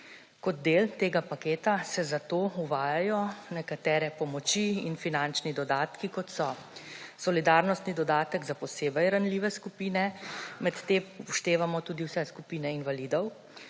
Kot del tega paketa se zato uvajajo nekatere pomoči in finančni dodatki, kot so solidarnostni dodatek za posebej ranljive skupine, med te upoštevamo tudi vse skupine invalidov,